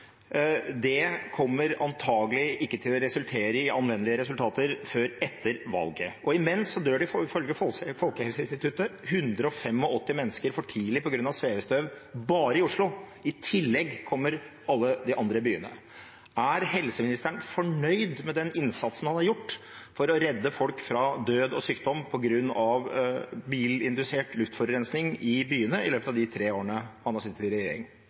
kommer antakelig ikke til å resultere i anvendelige resultater før etter valget. Imens dør, ifølge Folkehelseinstituttet, 185 mennesker for tidlig på grunn av svevestøv bare i Oslo, og i tillegg kommer alle de andre byene. Er helseministeren fornøyd med den innsatsen han har gjort for å redde folk fra død og sykdom på grunn av bilindusert luftforurensning i byene i løpet av de tre årene han har sittet i regjering?